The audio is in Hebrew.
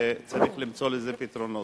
וצריך למצוא לזה פתרונות.